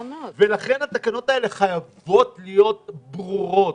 לכן התקנות האלה חייבות להיות ברורות,